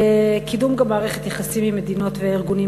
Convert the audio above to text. קידום מערכת יחסים עם מדינות וארגונים